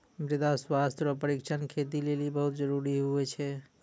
मृदा स्वास्थ्य रो परीक्षण खेती लेली बहुत जरूरी हुवै छै